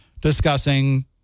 discussing –